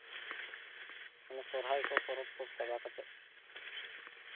ᱥᱚᱨᱦᱟᱭ ᱠᱚ ᱯᱚᱨᱚᱵᱽ ᱠᱚ ᱪᱟᱵᱟ ᱠᱟᱛᱮᱫ